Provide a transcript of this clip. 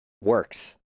works